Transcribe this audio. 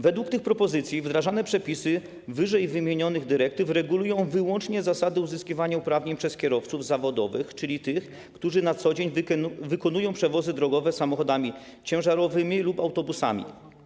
Według tych propozycji wdrażane przepisy ww. dyrektyw regulują wyłącznie zasady uzyskiwania uprawnień przez kierowców zawodowych, czyli tych, którzy na co dzień wykonują przewozy drogowe samochodami ciężarowymi lub autobusami.